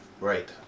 Right